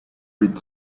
read